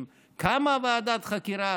אם קמה ועדת חקירה,